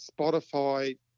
Spotify